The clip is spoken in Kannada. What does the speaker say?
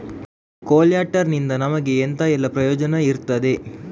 ಕೊಲ್ಯಟರ್ ನಿಂದ ನಮಗೆ ಎಂತ ಎಲ್ಲಾ ಪ್ರಯೋಜನ ಇರ್ತದೆ?